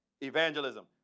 Evangelism